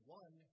one